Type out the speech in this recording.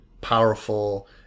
powerful